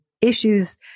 issues